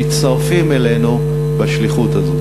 מצטרפים אלינו בשליחות הזאת.